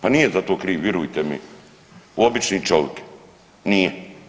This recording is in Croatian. Pa nije za to kriv virujte mi obični čovik, nije.